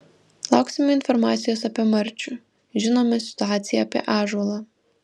lauksime informacijos apie marčių žinome situaciją apie ąžuolą